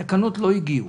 אבל התקנות לא הגיעו.